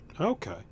Okay